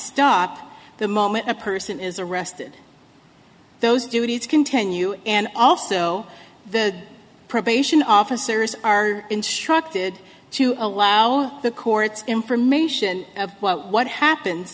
stop the moment a person is arrested those duties continue and also the probation officers are instructed to allow the court's information of what happens